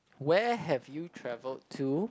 where have you travelled to